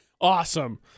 Awesome